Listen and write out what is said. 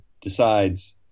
decides